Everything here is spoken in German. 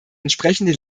entsprechende